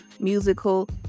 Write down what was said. musical